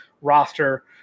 roster